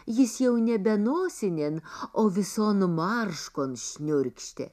jis jau nebe nosinėn o vison marškon šniurkštė